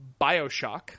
Bioshock